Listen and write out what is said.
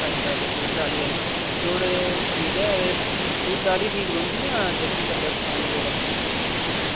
अच्छा ते खुद आह्ली है ना थोहाड़े ठीक ऐ खुद आह्ली ठीक रौंह्दी जां जेह्की बंदै सखाने थोआड़ै